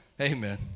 Amen